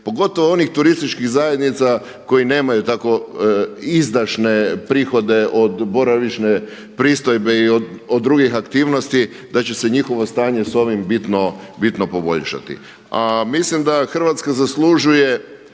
pogotovo onih turističkih zajednica koji nemaju tako izdašne prihode od boravišne pristojbe i od drugih aktivnosti da će se njihovo stanje sa ovim bitno poboljšati. A mislim da Hrvatska zaslužuje